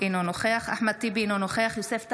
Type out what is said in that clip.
אינו נוכח אחמד טיבי, אינו נוכח יוסף טייב,